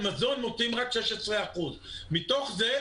על מזון מוציאים רק 16%. מתוך זה,